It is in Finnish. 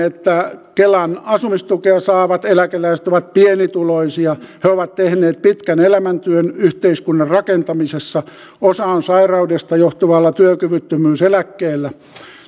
että kelan asumistukea saavat eläkeläiset ovat pienituloisia he ovat tehneet pitkän elämäntyön yhteiskunnan rakentamisessa osa on sairaudesta johtuvalla työkyvyttömyyseläkkeellä